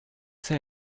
say